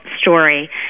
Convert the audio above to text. story